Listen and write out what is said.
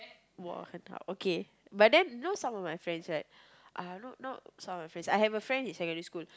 !wah! 很好 okay but then you know some of my friends right uh know know some of my friends I have a friend in secondary school